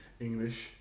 English